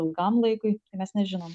ilgam laikui tai mes nežinom